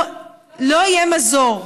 לא יהיה מזור.